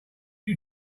you